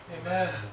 Amen